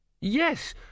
Yes